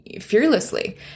fearlessly